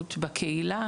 התנסות בקהילה